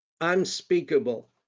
Unspeakable